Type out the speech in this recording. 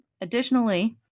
Additionally